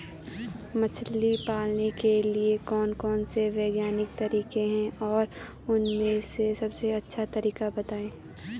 मछली पालन के लिए कौन कौन से वैज्ञानिक तरीके हैं और उन में से सबसे अच्छा तरीका बतायें?